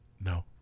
No